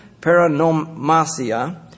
paranomasia